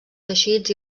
teixits